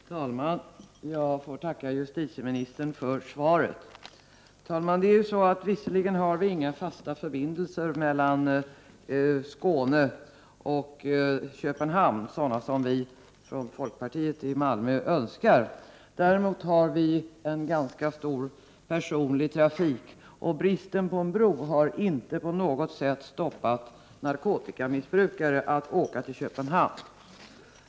Herr talman! Jag får tacka justitieministern för svaret. Visserligen har vi inga fasta förbindelser mellan Skåne och Köpenhamn, sådana som vi från folkpartiet i Malmö önskar. Däremot har vi en ganska stor personlig trafik, och bristen på en bro har inte på något sätt hindrat narkotikamissbrukare att åka till Köpenhamn.